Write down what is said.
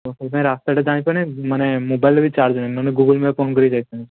ତ ସେଥିପାଇଁ ରାସ୍ତାଟା ଜାଣିପାରୁନି ମାନେ ମୋବାଇଲ୍ରେ ବି ଚାର୍ଜ ନାହିଁ ନହେଲେ ଗୁଗୁଲ୍ ମ୍ୟାପ୍ ଅନ୍ କରିକି ଯାଇଥାନ୍ତି